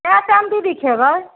कए टाइम दीदी खेबै